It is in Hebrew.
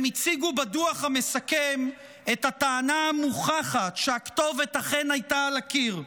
הם הציגו בדוח המסכם את הטענה המוכחת שהכתובת אכן הייתה על הקיר.